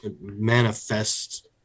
manifest